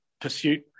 pursuit